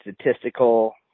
statistical